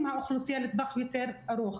ואת מניחה שבעוד שבועיים אולי התוכנית כבר תהיה מאושרת,